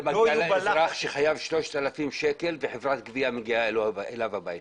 עוזר לאזרח שחייב 3,000 שקלים וחברת הגבייה מגיעה לביתו?